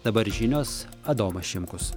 dabar žinios adomas šimkus